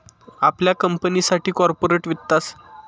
आपल्या कंपनीसाठी कॉर्पोरेट वित्तासाठी गुंतवणूक बँकेकडून सल्ला घ्या